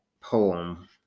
poem